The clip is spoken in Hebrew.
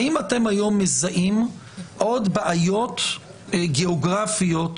האם אתם מזהים היום עוד בעיות גיאוגרפיות